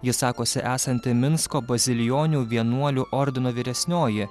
ji sakosi esanti minsko bazilijonų vienuolių ordino vyresnioji